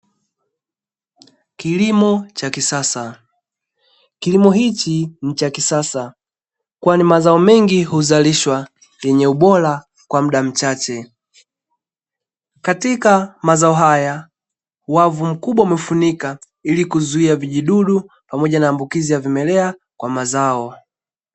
Kilimo cha kisasa, kilimo hichi ni cha kisasa, kwani mazao mengi huzalishwa yenye ubora kwa muda mchache, katika mazao haya wavu mkubwa umefunika ili kuzuia vijidudu pamoja na maambukizi ya vimelea kwa mazao.